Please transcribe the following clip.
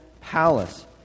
palace